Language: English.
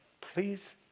please